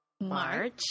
March